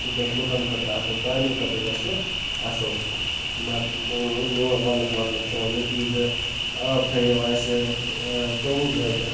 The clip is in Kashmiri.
گژھِ لُکَن خٲطرٕ اَصٕل سارنی خٲطرٕ گَژھِ سُہ اَصٕل مط میون وَنٛنُکھ مطلب چھُ وۄنۍ یُتُے زِ آب تھٲیِو اَسہِ ژۄوُہ گٲنٛٹہٕ